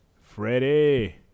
Freddie